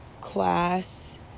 class